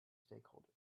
stakeholders